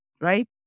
right